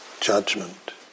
Judgment